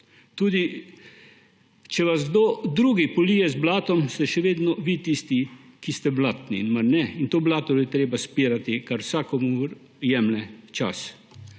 Tudi če vas kdo drug polije z blatom, ste še vedno vi tisti, ki ste blatni, mar ne, in to blato je treba izpirati, kar vsakomur jemlje čas